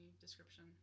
description